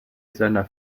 seiner